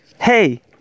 hey